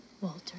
Walter